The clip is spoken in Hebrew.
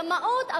רמאות,